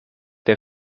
der